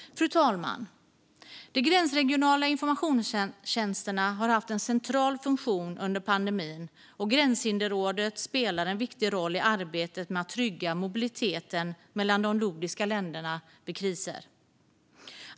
Fru talman! De gränsregionala informationstjänsterna har haft en central funktion under pandemin, och Gränshinderrådet spelar en viktig roll i arbetet med att trygga mobiliteten mellan de nordiska länderna vid kriser.